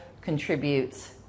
contributes